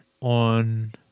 on